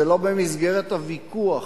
זה לא במסגרת הוויכוח